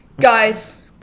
guys